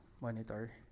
monitor